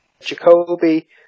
Jacoby